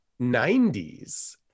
90s